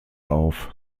auf